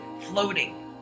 floating